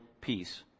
peace